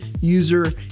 User